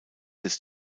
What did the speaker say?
des